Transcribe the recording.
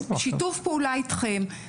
בשיתוף פעולה איתכם,